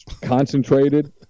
concentrated